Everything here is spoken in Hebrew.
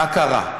מה קרה?